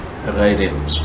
Right